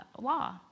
law